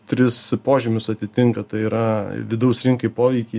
tris požymius atitinka tai yra vidaus rinkai poveikį